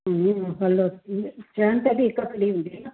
हा हलो छह ते बि हिकु फ्री हूंदी न